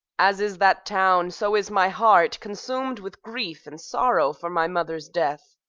as is that town, so is my heart consum'd with grief and sorrow for my mother's death.